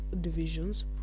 divisions